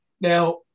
Now